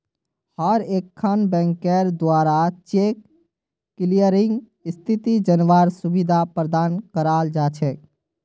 हर एकखन बैंकेर द्वारा चेक क्लियरिंग स्थिति जनवार सुविधा प्रदान कराल जा छेक